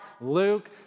Luke